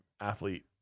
athlete